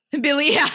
Billy